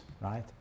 right